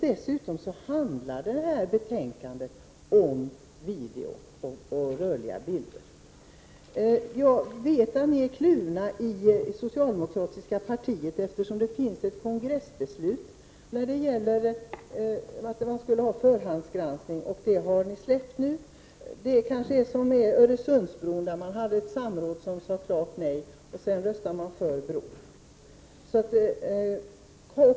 Dessutom handlar det här betänkandet om videofilmer och rörliga bilder. Jag vet att ni är kluvna i det socialdemokratiska partiet, eftersom det finns ett kongressbeslut om att det skall vara förhandsgranskning. Det har ni nu släppt. Det är kanske som med Öresundsbron. Man har haft samråd och sagt klart nej men sedan röstar man för en bro.